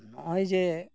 ᱱᱚᱜᱼᱚᱭ ᱡᱮ